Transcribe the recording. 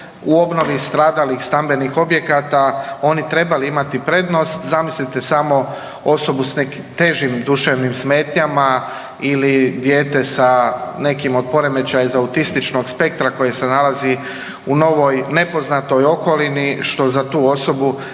u obnovi stradalih stambenih objekata oni trebali imati prednost. Zamislite samo osobu s težim duševnim smetnjama ili dijete sa nekim od poremećaja iz autističnog spektra koji se nalazi u novoj nepoznatoj okolini što za tu osobu